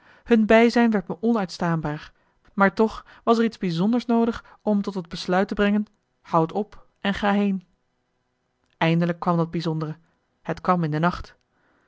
hun bijzijn werd me onuitstaanbaar maar toch was er iets bijzonders noodig om me tot het besluit te brengen houd op en ga heen eindelijk kwam dat bjzondere het kwam in de nacht